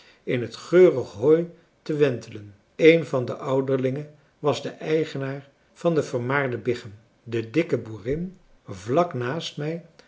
in het geurige hooi te wentelen een van de ouderlingen was de eigenaar van de vermaarde biggen de dikke boerin vlak naast mij